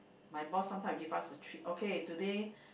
my boss sometime will give us a treat okay today